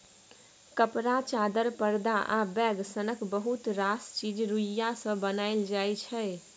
कपड़ा, चादर, परदा आ बैग सनक बहुत रास चीज रुइया सँ बनाएल जाइ छै